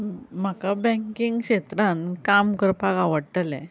म्हाका बेंकेन क्षेत्रांत काम करपाक आवडटलें